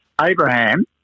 abraham